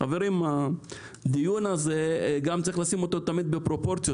את הדיון הזה צריך לשים בפרופורציות.